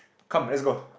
come let's go